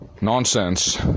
Nonsense